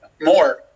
more